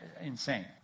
insane